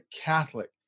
Catholic